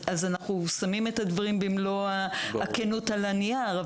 אנחנו שמים את הדברים במלוא הכנות על הנייר,